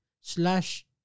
slash